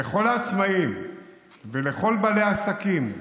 לכל העצמאים ולכל בעלי העסקים.